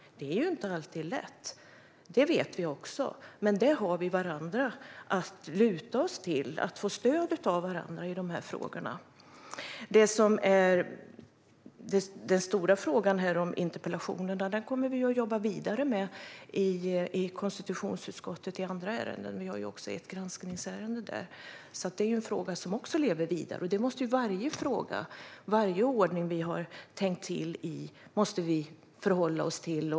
Det är inte alltid lätt - det vet vi också - men där får man luta sig på och få stöd av varandra. Det som är den stora frågan här - interpellationerna - kommer vi att jobba vidare med i konstitutionsutskottet i andra ärenden. Vi har ett granskningsärende där. Det är en fråga som lever vidare. Varje fråga och ordning där vi har tänkt till måste vi förhålla oss till.